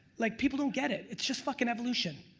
like people don't get it, it's just fuckin' evolution.